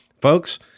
Folks